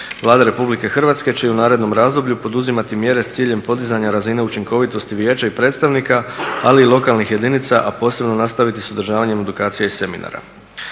Vlada RH će i u narednom razdoblju poduzimati mjere s ciljem podizanja razine učinkovitosti vijeća i predstavnika, ali i lokalnih jedinica, a posebno nastaviti s održavanje edukacija i seminara.